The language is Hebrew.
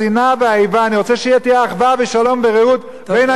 אני רוצה שיהיו אחווה ושלום ורעות בין האזרחים,